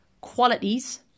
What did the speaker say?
qualities